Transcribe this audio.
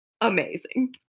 amazing